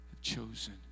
chosen